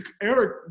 Eric